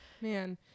man